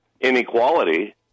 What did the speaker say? inequality